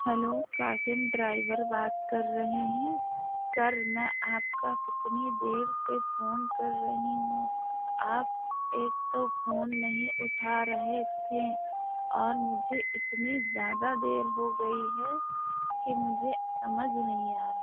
hello Qasim driver بات کر رہے ہیں سر میں آپ کا کتنی دیر سے فون کر رہی ہوں آپ ایک تو فون نہیں اٹھا رہے تھے اور مجھے اتنی زیادہ دیر ہو گئی ہے کہ مجھے سمجھ نہیں آ رہا ہے